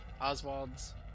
Oswald's